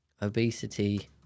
Obesity